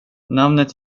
namnet